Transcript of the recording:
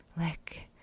lick